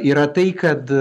yra tai kad